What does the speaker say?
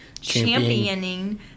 championing